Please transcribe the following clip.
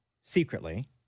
secretly